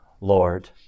Lord